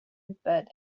but